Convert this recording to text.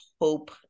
hope